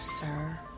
sir